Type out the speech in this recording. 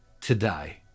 Today